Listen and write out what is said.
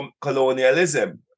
colonialism